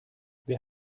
wer